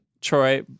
Troy